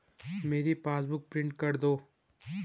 मेरी passbook print कर दो